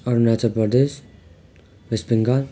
Arunachal Pradesh west Bengal